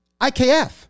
IKF